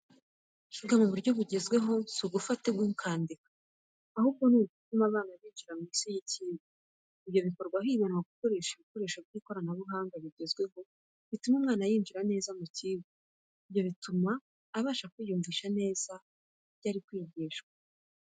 Kwiga mu buryo bugezweho si ugufata ingwa ukandika, ahubwo ni ugutuma abana binjira mu isi y'icyigwa. Ibyo bikorwa hibandwa mu gukoresha ibikoresho by'ikoranabuhanga bigezweho bituma umwana yinjira neza mu icyigwa. Ibyo bituma abasha kwiyumvisha neza neza ibirikwigwa.